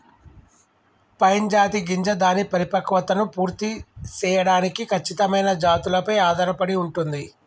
pine జాతి గింజ దాని పరిపక్వతను పూర్తి సేయడానికి ఖచ్చితమైన జాతులపై ఆధారపడి ఉంటుంది